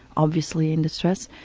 obviously in distress,